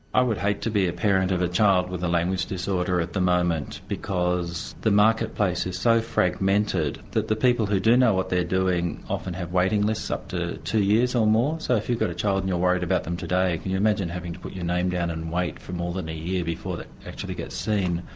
i would hate to be a parent of a child with a language disorder at the moment because the marketplace is so fragmented that the people who do know what they are doing often have waiting lists up to two years or more. so if you've got a child and you're worried about them today, can you imagine having to put your name down and wait for more than a year before they actually get seen.